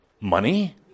Money